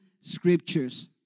scriptures